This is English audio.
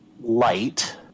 light